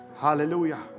Hallelujah